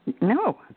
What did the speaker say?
No